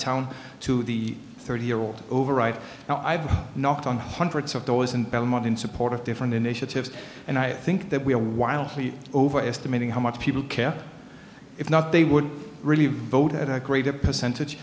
town to the thirty year old over right now i have knocked on hundreds of dollars in belmont in support of different initiatives and i think that we are wildly overestimating how much people care if not they would really vote at a greater percentage